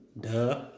Duh